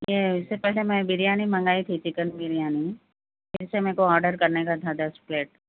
یہ اِس سے پہلے میں بریانی منگائی تھی چکن بریانی پھر سے میرے کو آرڈر کرنے کا تھا دس پلیٹ